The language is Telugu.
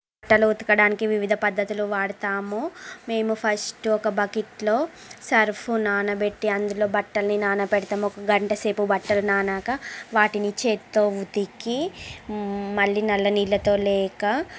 బట్టలు ఉతకడానికి వివిధ పద్ధతులు వాడతాము మేము ఫస్ట్ ఒక బకెట్ లో సర్ఫ్ నానబెట్టి అందులో బట్టలని నానపెడతాము ఒక గంట సేపు బట్టలు నానాక వాటిని చేతితో ఉతికి మళ్ళీ నల్లా నీళ్ళతో లేక